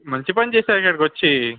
మంచి పని చేసారు ఇక్కడికి వచ్చి